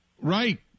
Right